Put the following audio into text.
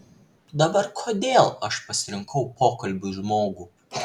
dabar kodėl aš pasirinkau pokalbiui žmogų